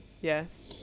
Yes